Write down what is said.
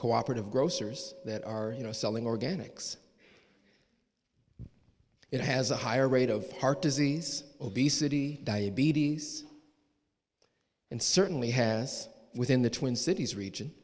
cooperative grocers that are you know selling organics it has a higher rate of heart disease obesity diabetes and certainly has within the twin cities region